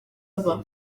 aba